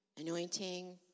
anointing